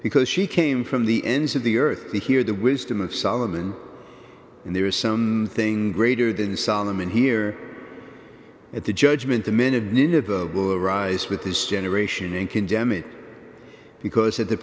because she came from the ends of the earth to hear the wisdom of solomon and there are some things greater than solomon here at the judgment the minute will rise with this generation and condemn it because of the